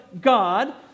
God